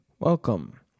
Welcome